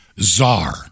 czar